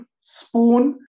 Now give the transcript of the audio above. spoon